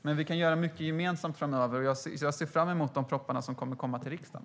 Men vi kan göra mycket gemensamt framöver. Jag ser fram emot de propositioner som kommer att komma till riksdagen.